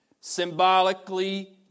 symbolically